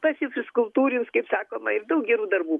pasifizkultūrins kaip sakoma ir daug gerų darbų